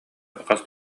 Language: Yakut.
хас